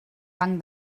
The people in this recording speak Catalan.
banc